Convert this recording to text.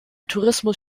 tourismus